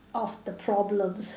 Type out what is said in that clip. of the problems